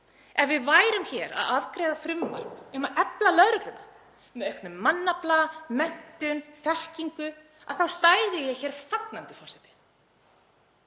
Ef við værum hér að afgreiða frumvarp um að efla lögregluna með auknum mannafla, menntun og þekkingu þá stæði ég hér fagnandi, forseti.